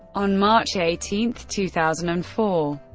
on march eighteen, two thousand and four,